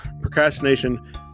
procrastination